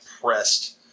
pressed